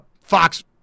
Fox